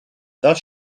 thus